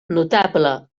notable